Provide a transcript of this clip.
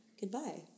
goodbye